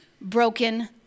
broken